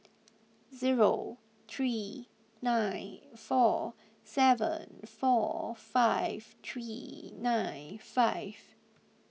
zero three nine four seven four five three nine five